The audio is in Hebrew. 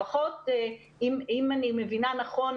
לפחות אם אני מבינה נכון,